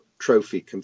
trophy